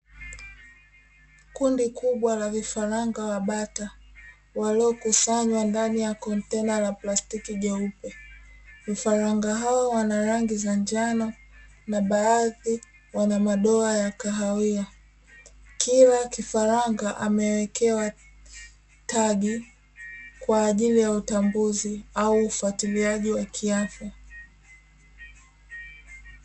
Kundi kubwa la vifaranga wa bata waliokusanywa ndani ya kontena la plastiki jeupe, vifaranga hao wana rangi za njano na baadhi wana madoa ya kahawia kila kifaranga amewekewa tagi kwa ajili ya utambuzi au ufuatiliaji wa kiafya.